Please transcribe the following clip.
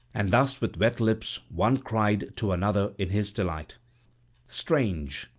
and thus with wet lips one cried to another in his delight strange!